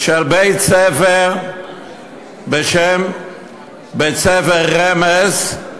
בית-ספר בשם "רמז",